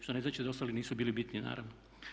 Što ne znači da ostali nisu bili bitni naravno.